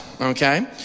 okay